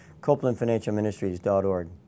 copelandfinancialministries.org